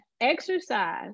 exercise